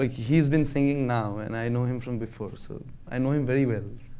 ah he's been singing now, and i know him from before. so i know him very well.